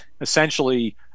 essentially